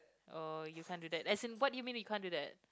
oh you can't do that as in what do you mean you can't do that